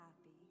happy